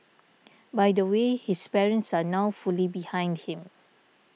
by the way his parents are now fully behind him